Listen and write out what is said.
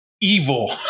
evil